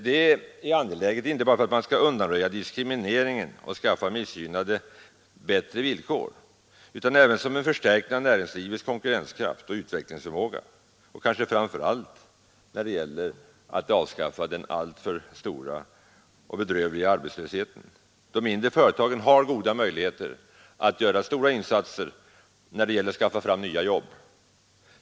Det är angeläget inte bara för att man skall undanröja diskrimineringen och skaffa missgynnade småföretag bättre villkor utan även för en förstärkning av näringslivets konkurrenskraft och utvecklingsförmåga samt kanske framför allt när det gäller att avskaffa den alltför stora och bedrövliga arbetslösheten. De mindre företagen har goda möjligheter att göra stora insatser när det gäller att skaffa fram nya jobb.